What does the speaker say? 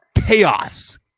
chaos